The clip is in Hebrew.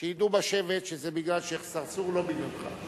שידעו בשבט שזה בגלל צרצור, לא בגללך.